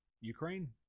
Ukraine